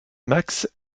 max